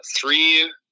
three